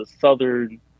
southern